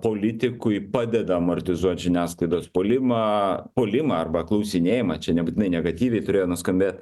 politikui padeda amortizuot žiniasklaidos puolimą puolimą arba klausinėjimą čia nebūtinai negatyviai turėjo nuskambėt